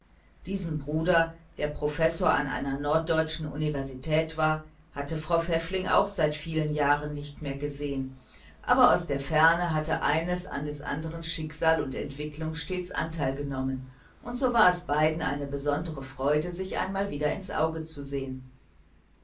diesen bruder der professor an einer norddeutschen universität war hatte frau pfäffling auch seit vielen jahren nimmer gesehen aber aus der ferne hatte eines an des andern schicksal und entwicklung stets anteil genommen und so war es beiden eine besondere freude sich einmal wieder ins auge zu sehen